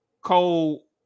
Cole